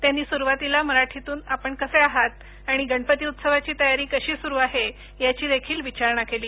त्यांनी सुरवातीला मराठीतुन आपण कसे आहात आणि गणपती उत्सवाची तयारी कशी सुरु आहे याची देखील विचारणा केली